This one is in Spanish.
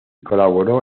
colaboró